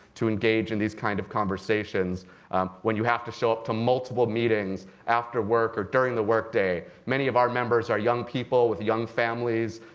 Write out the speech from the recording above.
to engage in these kind of conversations when you have to show up to multiple meetings after work or during the workday. many of our members are young people with young families,